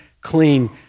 clean